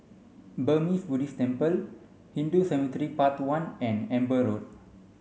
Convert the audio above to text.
Burmese Buddhist Temple Hindu Cemetery Path one and Amber Road